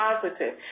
positive